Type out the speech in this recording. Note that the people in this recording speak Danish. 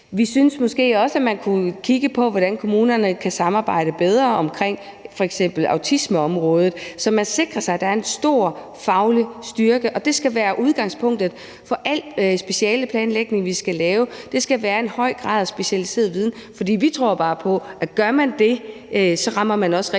Vi synes måske også, at man kunne kigge på, hvordan kommunerne kan samarbejde bedre omkring f.eks. autismeområdet, så man sikrer sig, at der er en stor faglig styrke. Og det skal være udgangspunktet for al specialeplanlægning, vi skal lave. Det skal være en høj grad af specialiseret viden. For vi tror bare på, at har man det, rammer man også rigtigt